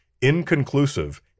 inconclusive